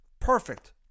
Perfect